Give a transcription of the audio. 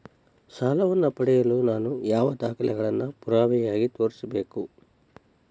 ಸಾಲವನ್ನು ಪಡೆಯಲು ನಾನು ಯಾವ ದಾಖಲೆಗಳನ್ನು ಪುರಾವೆಯಾಗಿ ತೋರಿಸಬೇಕು?